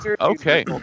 Okay